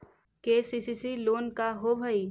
KCC loan का होब हइ?